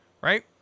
right